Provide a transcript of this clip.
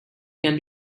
can